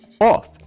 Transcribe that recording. off